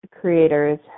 creators